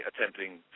attempting